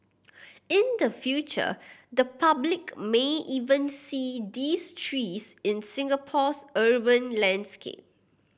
in the future the public may even see these trees in Singapore's urban landscape